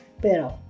Pero